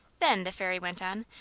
then, the fairy went on,